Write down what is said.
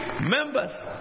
members